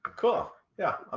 cool, yeah,